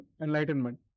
enlightenment